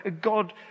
God